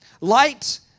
Light